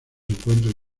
encuentros